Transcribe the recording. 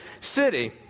city